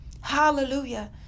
Hallelujah